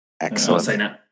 Excellent